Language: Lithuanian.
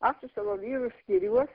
aš su savo vyru skiriuos